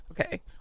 okay